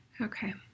Okay